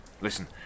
Listen